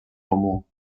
comú